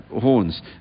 horns